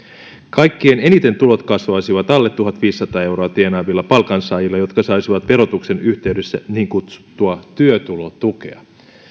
kaikkein eniten tulot kasvaisivat alle tuhatviisisataa euroa tienaavilla palkansaajilla jotka saisivat verotuksen yhteydessä niin kutsuttua työtulotukea